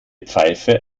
pfeife